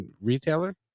retailer